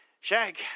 Shag